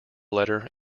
letter